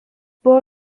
buvo